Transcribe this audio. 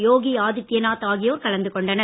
யோகி ஆதித்யநாத் ஆகியோர் கலந்து கொண்டனர்